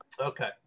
Okay